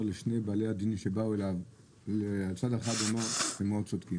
לשני אדונים שבאו אליו שהם מאוד צודקים.